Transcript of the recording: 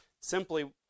Simply